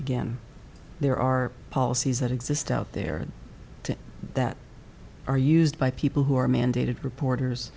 again there are policies that exist out there that are used by people who are mandated reporters